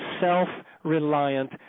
self-reliant